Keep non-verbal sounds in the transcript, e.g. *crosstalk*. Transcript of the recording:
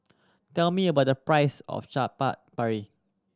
tell me about the price of Chaat *unintelligible* Papri